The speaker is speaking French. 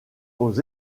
aux